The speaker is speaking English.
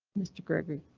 mr. gregory.